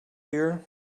here